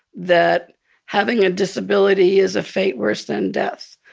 that having a disability is a fate worse than death.